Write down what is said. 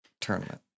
Tournament